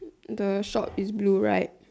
the short is blue right